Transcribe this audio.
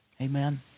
Amen